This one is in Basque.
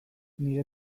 nire